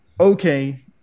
okay